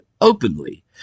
openly